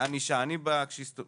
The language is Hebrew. שזה עכשיו טרי,